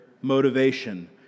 motivation